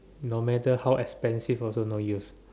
no matter how expensive also no use